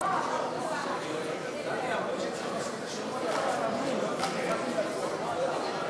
חברת הכנסת קארין אלהרר.